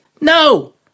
No